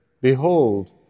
behold